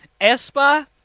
ESPA